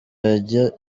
yajya